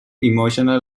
emotional